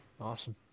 awesome